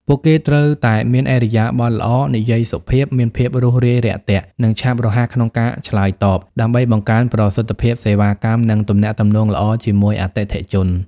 ពួកគេត្រូវតែមាន ឥរិយាបថល្អ និយាយសុភាព មានភាពរួសរាយរាក់ទាក់ និងឆាប់រហ័សក្នុងការឆ្លើយតប ដើម្បីបង្កើនប្រសិទ្ធភាពសេវាកម្ម និងទំនាក់ទំនងល្អជាមួយអតិថិជន។